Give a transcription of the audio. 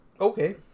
Okay